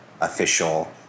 official